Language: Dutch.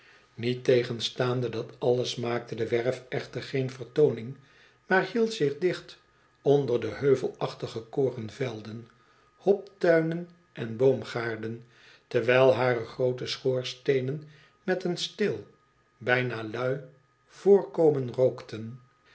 niettegenstaande dat alles maakte de werf echter geen vertooning maar hield zich dicht onder de heuvelachtige korenvelden hoptuinen en boomgaarden terwijl hare groote schoorsteenen met een stil bna lui voorkomen rookten